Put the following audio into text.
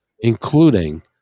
including